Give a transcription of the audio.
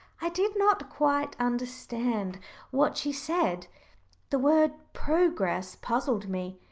i did not quite understand what she said the word progress puzzled me.